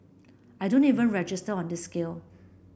I don't even register on this scale